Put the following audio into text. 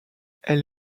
elle